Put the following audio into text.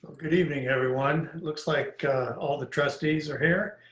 good evening, everyone. looks like all the trustees are here.